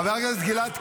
חבורה של עלובים.